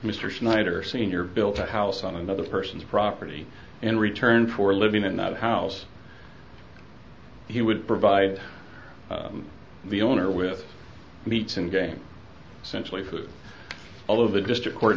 mr schneider senior built a house on another person's property in return for living in that house he would provide the owner with meats and game sensibly food all of the district court